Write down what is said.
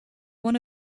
one